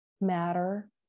matter